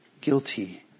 guilty